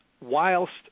whilst